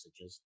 messages